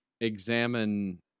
examine